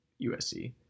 USC